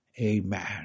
Amen